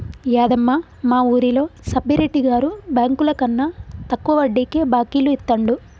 యాదమ్మ, మా వూరిలో సబ్బిరెడ్డి గారు బెంకులకన్నా తక్కువ వడ్డీకే బాకీలు ఇత్తండు